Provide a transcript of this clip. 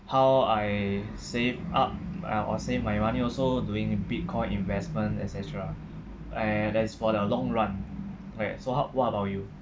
how I save up I or saved my money also doing bitcoin investments et cetera and that is for the long run correct so how what about you